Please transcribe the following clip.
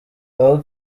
baho